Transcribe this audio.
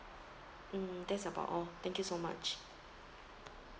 mm that's about all thank you so much